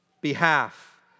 behalf